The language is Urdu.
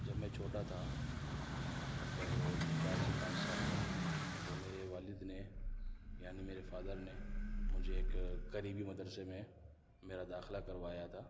جب میں چھوٹا تھا مطلب چار سے پانچ سال کا تو میرے والد نے یعنی میرے فادر نے مجھے ایک قریبی مدرسے میں میرا داخلہ کروایا تھا